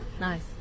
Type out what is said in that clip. Nice